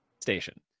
Station